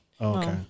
Okay